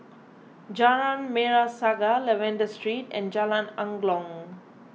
Jalan Merah Saga Lavender Street and Jalan Angklong